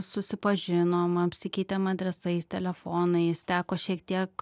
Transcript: susipažinom apsikeitėm adresais telefonais teko šiek tiek